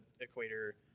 equator